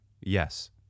yes